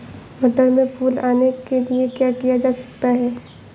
मटर में फूल आने के लिए क्या किया जा सकता है?